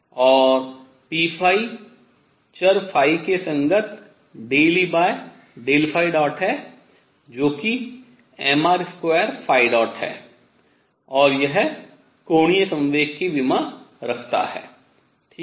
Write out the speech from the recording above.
और p चर ϕ के संगत ∂E∂ϕ̇ है जो कि mr2ϕ̇ है और यह कोणीय संवेग की विमा रखता हैं ठीक है